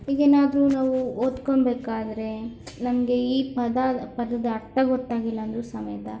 ಈಗೇನಾದ್ರೂ ನಾವು ಓದ್ಕೋಬೇಕಾದ್ರೆ ನಮಗೆ ಈ ಪದ ಪದದ ಅರ್ಥ ಗೊತ್ತಾಗಿಲ್ಲಂದ್ರೂ ಸಮೇತ